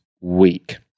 week